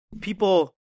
people